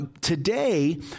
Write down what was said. Today